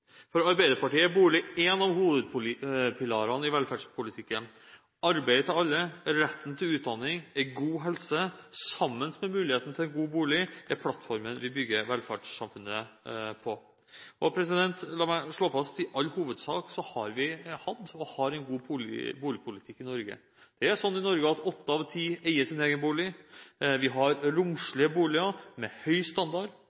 For Arbeiderpartiet er bolig en av hovedpilarene i velferdspolitikken. Arbeid til alle, retten til utdanning, en god helse sammen med muligheten til en god bolig er plattformen vi bygger velferdssamfunnet på. La meg slå fast: I all hovedsak har vi hatt og har en god boligpolitikk i Norge. I Norge eier åtte av ti sin egen bolig, vi har romslige boliger med høy standard,